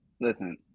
Listen